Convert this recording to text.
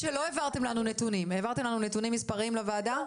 לא העברתם לנו נתונים מספריים לוועדה.